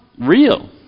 real